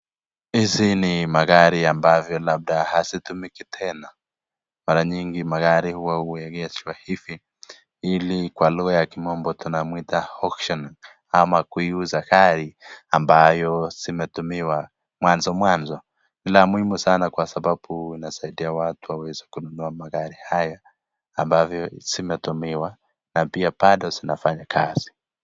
Hizi ni magari ambavyo labda hazitumiki tena, mara nyingi magari huwa huegeshwa hivi ili kwa lugha ya kimombo tunamwita auctioning ama kuiuza gari ambayo zimetumiwa. Mwanzo mwanzo, la muhimu sana kwa sababu linasaidia watu waweze kununua magari haya ambavyo zimetumiwa na pia bado zinafanya kazi.